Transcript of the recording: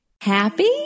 happy